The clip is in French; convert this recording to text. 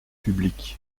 publics